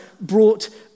brought